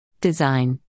Design